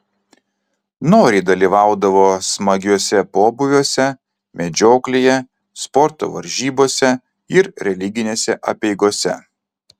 noriai dalyvaudavo smagiuose pobūviuose medžioklėje sporto varžybose ir religinėse apeigose